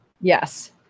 yes